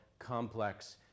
complex